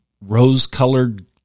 rose-colored